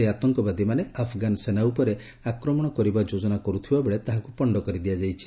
ସେହି ଆତଙ୍କବାଦୀମାନେ ଆଫଗାନ୍ ସେନା ଉପରେ ଆକ୍ରମଣ କରିବା ଯୋଜନା କରୁଥିବାବେଳେ ତାହାକୁ ପଣ୍ଡ କରିଦିଆଯାଇଛି